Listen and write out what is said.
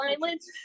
violence